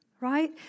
right